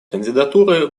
кандидатуры